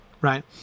right